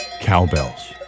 cowbells